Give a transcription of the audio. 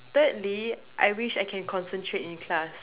thirdly I wish I can concentrate in class